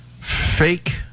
Fake